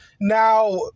Now